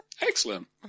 Excellent